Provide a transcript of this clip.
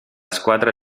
squadra